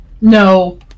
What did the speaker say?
No